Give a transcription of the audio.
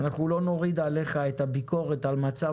אנחנו לא נוריד עליך את הביקורת על מצב